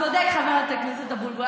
צודק חבר הכנסת אבוטבול,